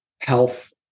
health